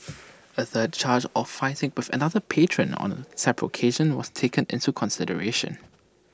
A third charge of fighting with another patron on A separate occasion was taken into consideration